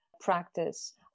practice